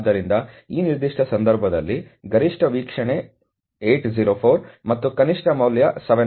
ಆದ್ದರಿಂದ ಈ ನಿರ್ದಿಷ್ಟ ಸಂದರ್ಭದಲ್ಲಿ ಗರಿಷ್ಠ ವೀಕ್ಷಣೆ 804 ಮತ್ತು ಕನಿಷ್ಠ ಮೌಲ್ಯ 719